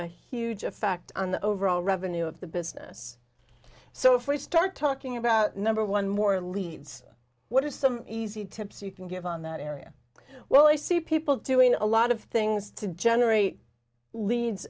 a huge effect on the overall revenue of the business so if we start talking about number one more leads what are some easy tips you can give on that area well i see people doing a lot of things to generate leads